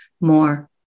more